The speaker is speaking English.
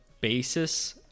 basis